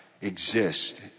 exist